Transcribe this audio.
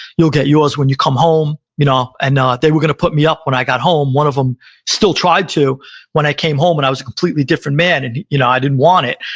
you'll get yours when you come home. you know they were going to put me up when i got home. one of them still tried to when i came home and i was a completely different man and you know i didn't want it.